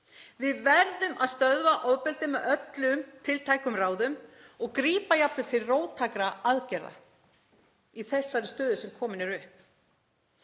Við verðum að stöðva ofbeldið með öllum tiltækum ráðum og grípa jafnvel til róttækra aðgerða í þessari stöðu sem komin er upp.